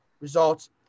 results